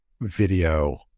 video